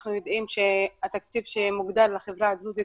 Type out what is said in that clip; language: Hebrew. אנחנו יודעים שהתקציב שמוגדר לחברה הדרוזית